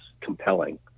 compelling